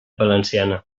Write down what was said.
valenciana